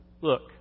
Look